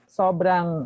sobrang